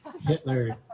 Hitler